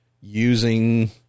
using